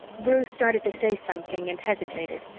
bruce started to say something and hesitated,